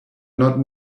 not